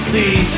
see